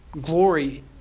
glory